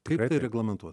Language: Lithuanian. tai yra reglamentuoti